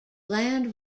land